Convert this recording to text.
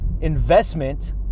investment